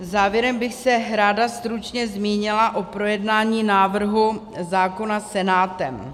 Závěrem bych se ráda stručně zmínila o projednání návrhu zákona Senátem.